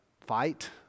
fight